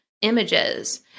images